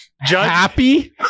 Happy